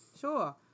Sure